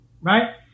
right